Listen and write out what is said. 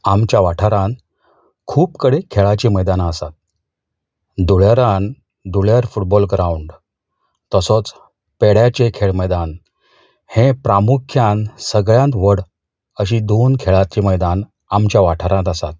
आमच्या वाठारांत खूब कडेन खेळाची मैदाना आसात धुळेरांत धुळेर फुटबॉल ग्रावंड तसोच पेड्याचें खेळ मैदान हे प्रामुख्यान सगळ्यांत व्हड अशीं दोन खेळाचीं मैदान आमच्या वाठारांत आसात